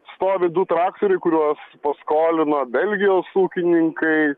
stovi du traktoriai kuriuos paskolino belgijos ūkininkai